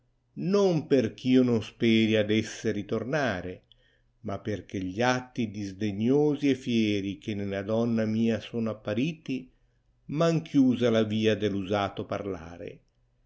non perchio non speri ad esse ritornare ma perchè gli atti disdegnosi e fieri che nella donna mia sono appariti m han chiusa la tìa delp usato parlare